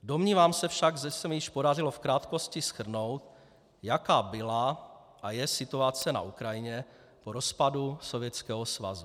Domnívám se však, že se mi již podařilo v krátkosti shrnout, jaká byla a je situace na Ukrajině po rozpadu Sovětského svazu.